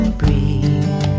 breathe